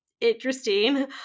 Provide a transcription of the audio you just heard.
interesting